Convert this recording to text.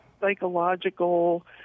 psychological